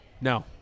No